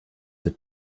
wird